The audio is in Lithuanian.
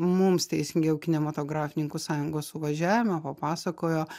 mums teisingiau kinematografininkų sąjungos suvažiavime papasakojo